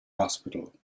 hospital